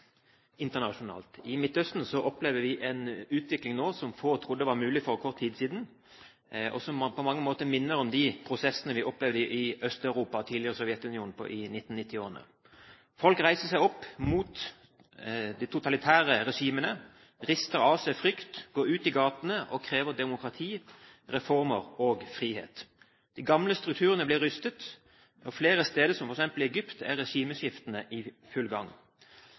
internasjonalt. I Midtøsten opplever vi nå en utvikling som få for kort tid siden ville trodd var mulig, og som på mange måter minner om de prosessene vi opplevde i Øst-Europa og tidligere Sovjetunionen i 1990-årene. Folk reiser seg opp mot de totalitære regimene, rister av seg frykt, går ut i gatene og krever demokrati, reformer og frihet. De gamle strukturene blir rystet, og flere steder, som f.eks. i Egypt, er regimeskiftene i full gang.